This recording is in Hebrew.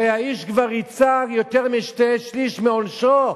הרי האיש כבר ריצה יותר משני-שלישים מעונשו,